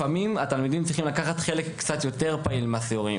לפעמים תלמידים צריכים לקחת חלק קצת יותר פעיל בסיורים.